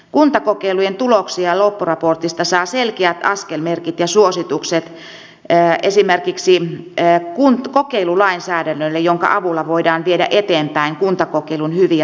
kuntakokeilujen tuloksien loppuraportista saa selkeät askelmerkit ja suositukset esimerkiksi kokeilulainsäädännölle jonka avulla voidaan viedä eteenpäin kuntakokeilun hyviä tuloksia